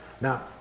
Now